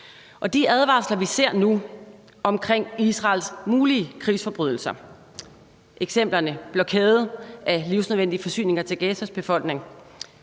De advarsler, vi ser nu, om Israels mulige krigsforbrydelser – eksempler som blokade af livsnødvendige forsyninger til Gazas befolkning